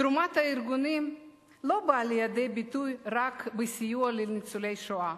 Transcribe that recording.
תרומת הארגונים לא באה לידי ביטוי רק בסיוע לניצולי השואה,